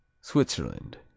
Switzerland